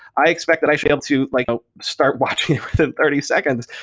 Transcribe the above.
i expect that i failed to like ah start watching it within thirty seconds.